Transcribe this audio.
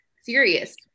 serious